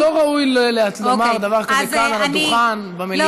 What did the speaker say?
לא ראוי לומר דבר כזה כאן על הדוכן,